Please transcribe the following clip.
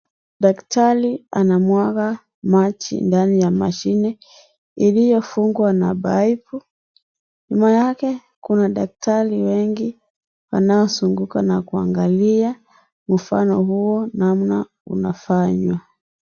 Daktari anamwaga maji ndani ya mashine iliyofungwa na paipu, nyuma yake kuna daktari wengi wanaozunguka na kuangalia mfano namna unafanywa.